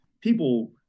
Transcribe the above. people